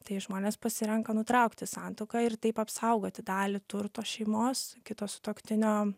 tai žmonės pasirenka nutraukti santuoką ir taip apsaugoti dalį turto šeimos kito sutuoktinio